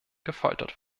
gefoltert